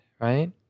right